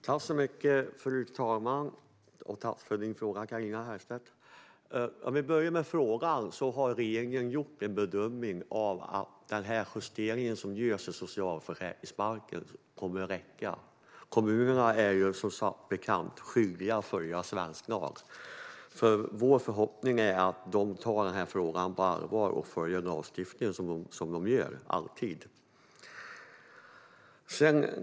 Fru talman! Tack för din fråga, Carina Herrstedt! Vi kan börja med frågan. Regeringen har gjort bedömningen att den justering som görs i socialförsäkringsbalken kommer att räcka. Kommunerna är som bekant skyldiga att följa svensk lag. Vår förhoppning är att de tar frågan på allvar och följer lagstiftningen, som de alltid gör.